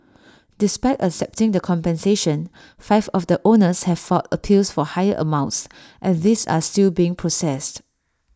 despite accepting the compensation five of the owners have filed appeals for higher amounts and these are still being processed